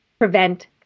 prevent